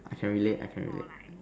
I can relate I can relate